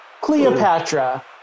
Cleopatra